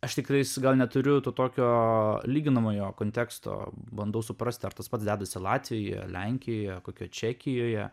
aš tik tais gal neturiu to tokio lyginamojo konteksto bandau suprasti ar tas pats dedasi latvijoje lenkijoje kokioje čekijoje